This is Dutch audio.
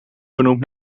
vernoemd